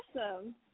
awesome